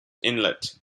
inlet